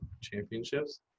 championships